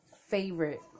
Favorite